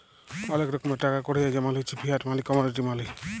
ওলেক রকমের টাকা কড়ি হ্য় জেমল হচ্যে ফিয়াট মালি, কমডিটি মালি